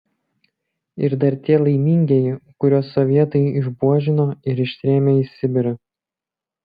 ir dar tie laimingieji kuriuos sovietai išbuožino ir ištrėmė į sibirą